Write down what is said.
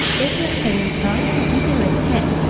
if you have ping installed, you can link kit.